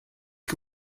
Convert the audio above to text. que